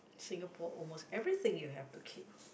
Singapore almost everything you have to keep